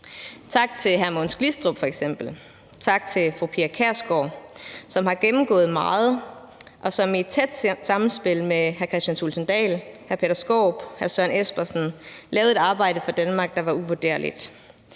Tak til hr. Mogens Glistrup f.eks., tak til fru Pia Kjærsgaard, som har gennemgået meget, og som i tæt samspil med hr. Kristian Thulesen Dahl, hr. Peter Skaarup og hr. Søren Espersen lavede et arbejde for Danmark, der var uvurderligt.